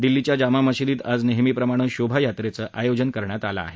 दिल्लीच्या जामा मशिदीत आज नेहमीप्रमाणे शोभा यात्रेचं आयोजन करण्यात आलं आहे